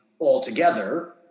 altogether